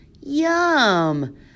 Yum